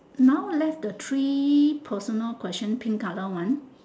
now left the three personal question pink colour one